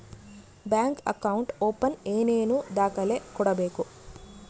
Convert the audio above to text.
Bank account open ಏನೇನು ದಾಖಲೆ ಕೊಡಬೇಕು?